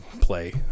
play